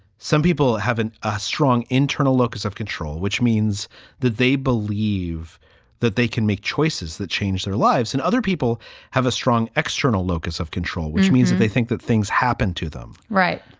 some people have a strong internal locus of control, which means that they believe that they can make choices that change their lives. and other people have a strong external locus of control, which means if they think that things happen to them. right.